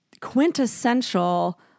quintessential